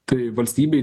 tai valstybei